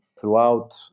throughout